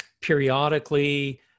periodically